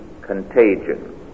contagion